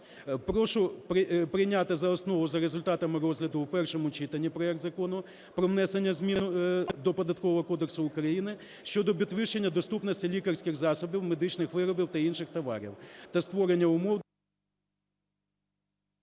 Прошу прийняти за основу за результатами розгляду в першому читанні проект Закону про внесення змін до Податкового кодексу України щодо підвищення доступності лікарських засобів, медичних виробів та інших товарів, та створення умов…